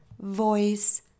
voice